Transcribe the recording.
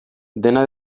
dena